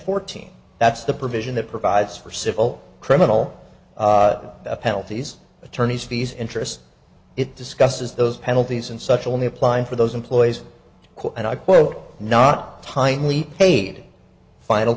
fourteen that's the provision that provides for civil criminal penalties attorneys fees interest it discusses those penalties and such only applying for those employees and i quote not timely paid final